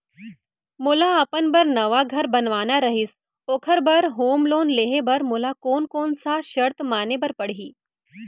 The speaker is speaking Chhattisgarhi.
मोला अपन बर नवा घर बनवाना रहिस ओखर बर होम लोन लेहे बर मोला कोन कोन सा शर्त माने बर पड़ही?